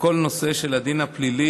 בכל נושא הדין הפלילי.